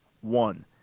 One